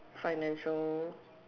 financial